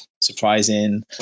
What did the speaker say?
surprising